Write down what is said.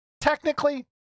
Technically